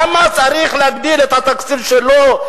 למה צריך להגדיל את התקציב שלו,